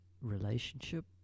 relationship